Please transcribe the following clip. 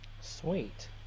Sweet